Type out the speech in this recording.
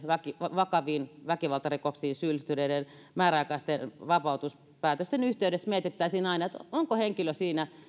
vakaviin väkivaltarikoksiin syyllistyneiden määräaikaisiin rangaistuksiin liittyvien vapautuspäätösten yhteydessä mietittäisiin aina onko henkilö siinä